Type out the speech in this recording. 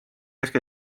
kesk